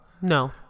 No